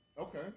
Okay